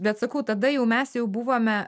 bet sakau tada jau mes jau buvome